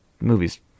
movies